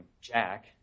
Jack